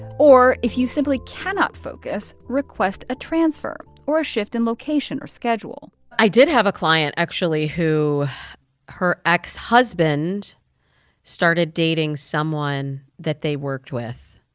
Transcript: or if you simply cannot focus, request a transfer, or a shift in location or schedule i did have a client actually who her ex-husband started dating someone that they worked with.